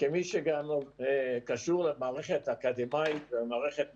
כמי שגם קשור למערכת האקדמית ולמערכת המחקרית: